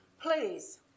Please